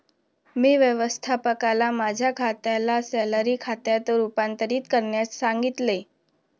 मी व्यवस्थापकाला माझ्या खात्याला सॅलरी खात्यात रूपांतरित करण्यास सांगितले